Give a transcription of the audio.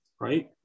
Right